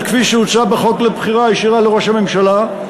כפי שהוצע בחוק לבחירה ישירה לראש הממשלה,